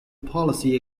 policy